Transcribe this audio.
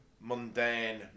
mundane